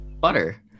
Butter